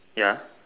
ya